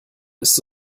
ist